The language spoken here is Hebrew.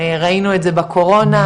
ראינו את זה בקורונה,